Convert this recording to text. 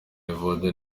evode